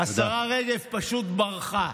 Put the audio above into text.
השרה רגב פשוט ברחה.